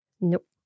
Nope